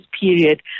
period